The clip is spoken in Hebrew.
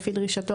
לפי דרישתו,